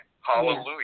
hallelujah